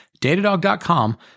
datadog.com